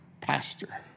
pastor